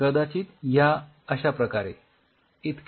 कदाचित या अश्याप्रकारे इतकी